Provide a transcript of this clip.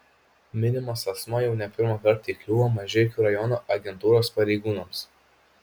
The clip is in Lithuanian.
minimas asmuo jau ne pirmą kartą įkliūva mažeikių rajono agentūros pareigūnams